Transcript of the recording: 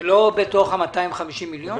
זה לא בתוך 250 מיליון?